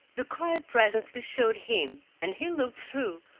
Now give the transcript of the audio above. the crier presently showed him, and he looked through,